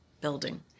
building